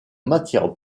matière